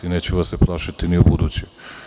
Neću vas se plašiti ni ubuduće.